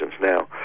now